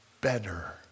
better